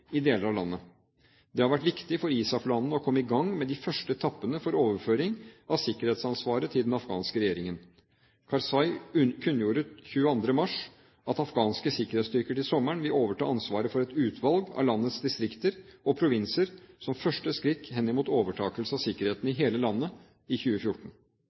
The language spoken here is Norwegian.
i deler av landet. Det har vært viktig for ISAF-landene å komme i gang med de første etappene for overføring av sikkerhetsansvaret til den afghanske regjeringen. Karzai kunngjorde 22. mars at afghanske sikkerhetsstyrker til sommeren vil overta ansvaret for et utvalg av landets distrikter og provinser som første skritt henimot overtakelse av sikkerheten i hele landet i 2014.